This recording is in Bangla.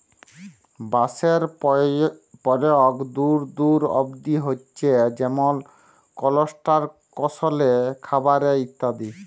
বাঁশের পরয়োগ দূর দূর অব্দি হছে যেমল কলস্ট্রাকশলে, খাবারে ইত্যাদি